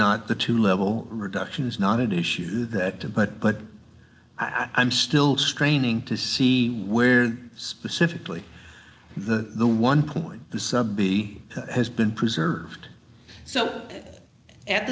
not the two level reduction is not an issue that to but but i'm still straining to see where specifically the the one point the sub b has been preserved so at